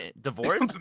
divorce